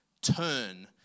Turn